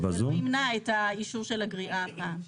שימנע את האישור של הגריעה הבאה.